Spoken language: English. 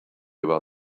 about